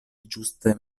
ĝuste